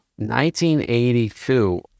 1982